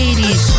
80s